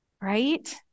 right